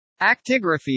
Actigraphy